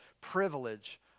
privilege